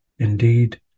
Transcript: Indeed